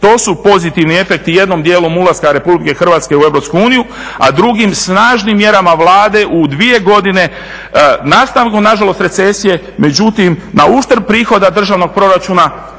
To su pozitivni efekti jednom dijelom ulaska Republike Hrvatske u Europsku uniju, a drugim snažnim mjerama Vlade u dvije godine nastavku nažalost recesije, međutim na uštrb prihoda državnog proračuna